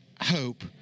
hope